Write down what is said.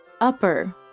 Upper